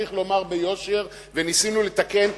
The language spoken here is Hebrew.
וניסינו לתקן.